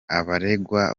abaregwa